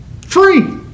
Free